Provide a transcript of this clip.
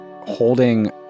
holding